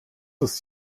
ist